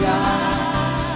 God